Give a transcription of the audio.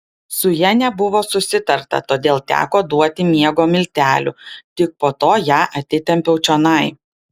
su ja nebuvo susitarta todėl teko duoti miego miltelių tik po to ją atitempiau čionai